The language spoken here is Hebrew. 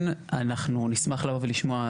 כן אנחנו נשמח לבוא ולשמוע,